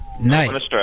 Nice